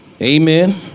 Amen